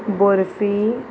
barfi